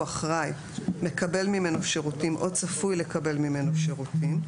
אחראי מקבל ממנו שירותים או צפוי לקבל ממנו שירותים,